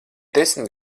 desmit